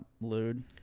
Lude